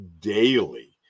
daily